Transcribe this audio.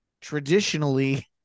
traditionally